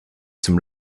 zum